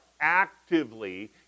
actively